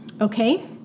okay